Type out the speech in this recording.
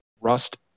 Rust